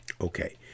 Okay